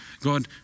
God